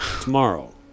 tomorrow